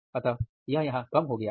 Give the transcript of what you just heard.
अतः यह यहां कम हो गया है